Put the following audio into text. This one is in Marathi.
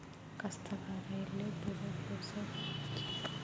कास्तकाराइले पूरक व्यवसाय कोनचा?